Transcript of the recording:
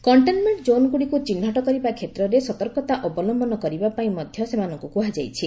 କଣ୍ଟେନ୍ମେଙ୍କ ଜୋନ୍ଗୁଡ଼ିକୁ ଚିହ୍ନଟ କରିବା କ୍ଷେତ୍ରରେ ସତର୍କତା ଅବଲମ୍ଭନ କରିବା ପାଇଁ ମଧ୍ୟ ସେମାନଙ୍କୁ କୁହାଯାଇଛି